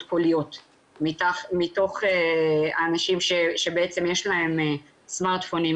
קוליות מתוך האנשים שיש להם סמארטפון,